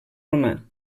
romà